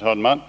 Herr talman!